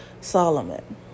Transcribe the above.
Solomon